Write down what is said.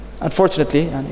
Unfortunately